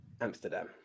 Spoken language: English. Amsterdam